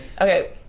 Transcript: Okay